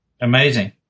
amazing